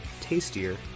tastier